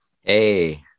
Hey